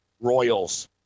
Royals